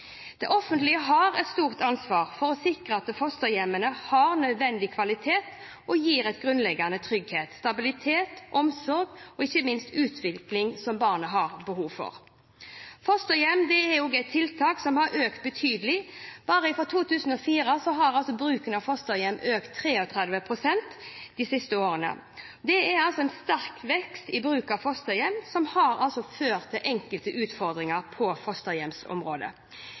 Det offentlige har et stort ansvar for å sikre at fosterhjemmene har nødvendig kvalitet og gir en grunnleggende trygghet, stabilitet, omsorg og ikke minst utvikling, som barnet har behov for. Fosterhjem er et tiltak som har økt betydelig. Bare fra 2004 har bruken av fosterhjem økt med 33 pst. Det er altså en sterk vekst i bruken av fosterhjem, som har ført til enkelte utfordringer på fosterhjemsområdet.